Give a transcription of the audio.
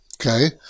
okay